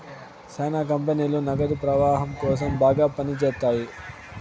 శ్యానా కంపెనీలు నగదు ప్రవాహం కోసం బాగా పని చేత్తాయి